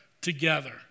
together